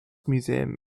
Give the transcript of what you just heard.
museum